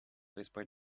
whispered